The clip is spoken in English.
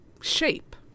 shape